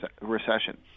recession